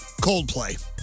Coldplay